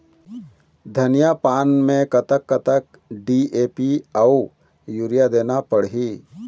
धनिया पान मे कतक कतक डी.ए.पी अऊ यूरिया देना पड़ही?